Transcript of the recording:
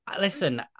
listen